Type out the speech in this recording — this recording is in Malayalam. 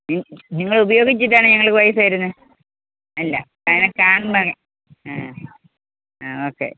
നി നിങ്ങൾ ഉപയോഗിച്ചിട്ടാണോ ഞങ്ങൾ പൈസ തരുന്നത് അല്ല അതിനെ കാണുമ്പോൾ ആ ഓക്കെ